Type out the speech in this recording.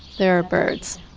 there are birds.